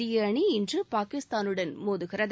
இந்திய அணி இன்று பாகிஸ்தானுடன் மோதுகிறது